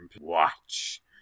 watch